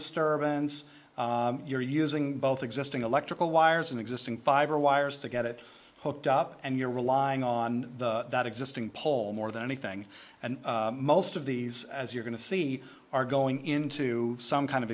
disturbance you're using both existing electrical wires and existing fiber wires to get it hoped up and you're relying on the existing pole more than anything and most of these as you're going to see are going into some kind of